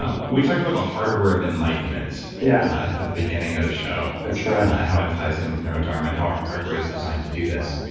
ah we talked about the hardware of enlightenment yeah at at the beginning of the show that's right how it ties in with neurodharma and how our hardware is designed to do this.